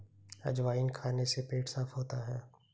अजवाइन खाने से पेट साफ़ होता है